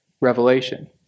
revelation